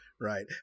Right